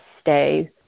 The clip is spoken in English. stay